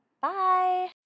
Bye